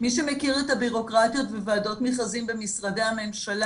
מי שמכיר את הבירוקרטיות וועדות המכרזים במשרדי הממשלה